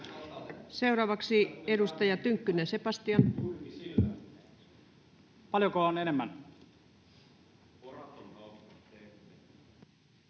Seuraavaksi edustaja Tynkkynen, Sebastian. Arvoisa puhemies!